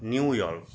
New York